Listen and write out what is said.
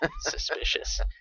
suspicious